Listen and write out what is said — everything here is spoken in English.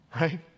Right